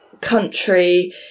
country